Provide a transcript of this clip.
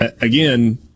again